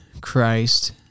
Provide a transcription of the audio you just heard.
Christ